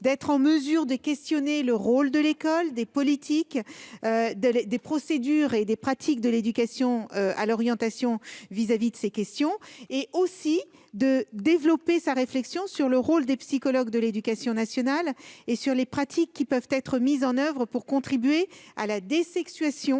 d'être en mesure de questionner le rôle de l'école, des politiques, des procédures et des pratiques de l'éducation à l'orientation. Il s'agit aussi de développer la réflexion sur le rôle de psychologue de l'éducation nationale et sur les pratiques qui peuvent être mises en oeuvre pour contribuer à la « désexuation